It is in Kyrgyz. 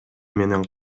менен